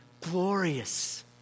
glorious